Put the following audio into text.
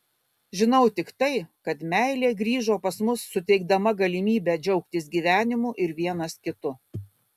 žinau tik tai kad meilė grįžo pas mus suteikdama galimybę džiaugtis gyvenimu ir vienas kitu